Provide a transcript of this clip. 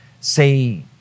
say